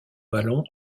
ballon